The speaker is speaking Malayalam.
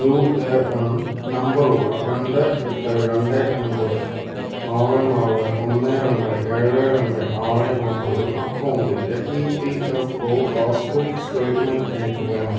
യു എ എൻ നമ്പർ ഉള്ള രണ്ട് എട്ട് രണ്ട് ഒൻപത് നാല് നാല് ഒന്ന് രണ്ട് ഏഴ് രണ്ട് ആറ് ഒമ്പത് അക്കൗണ്ടിൻ്റെ E P F O passbook statement എനിക്ക് വേണം